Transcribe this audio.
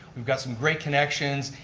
we've got some great connections.